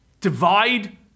divide